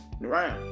Right